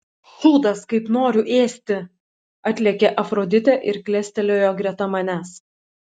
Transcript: šūdas kaip noriu ėsti atlėkė afroditė ir klestelėjo greta manęs